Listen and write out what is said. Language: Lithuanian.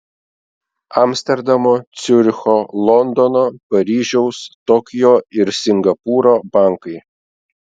amsterdamo ciuricho londono paryžiaus tokijo ir singapūro bankai